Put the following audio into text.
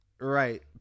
Right